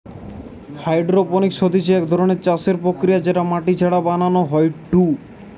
hydroponics হতিছে এক ধরণের চাষের প্রক্রিয়া যেটা মাটি ছাড়া বানানো হয়ঢু